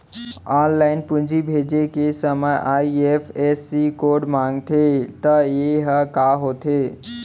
Online पूंजी भेजे के समय आई.एफ.एस.सी कोड माँगथे त ये ह का होथे?